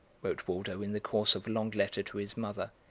wrote waldo in the course of a long letter to his mother,